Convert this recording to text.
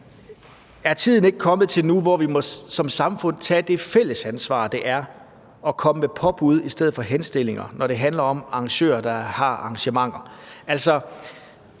Er tiden ikke kommet til nu, at vi som samfund må tage det fælles ansvar, det er at komme med påbud i stedet for henstillinger, når det handler om arrangører, der har arrangementer?